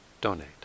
donate